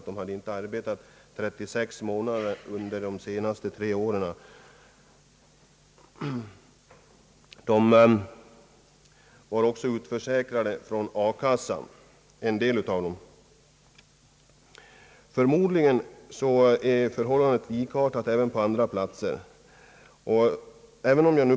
De hade inte arbetat 24 månader under de senaste tre åren. En del av dem var också utförsäkrade från arbetslöshetskassan. Förmodligen är förhållandet likartat på andra platser.